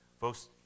Folks